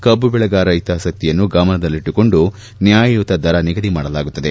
ಕಬ್ಬು ಬೆಳೆಗಾರರ ಹಿತಾಸಕ್ತಿಯನ್ನು ಗಮನದಲ್ಲಿಟ್ಲುಕೊಂಡು ನ್ಲಾಯಯುತ ದರ ನಿಗದಿ ಮಾಡಲಾಗುತ್ತದೆ